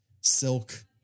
silk